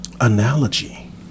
analogy